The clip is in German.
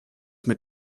mit